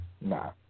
nah